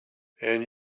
and